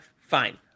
fine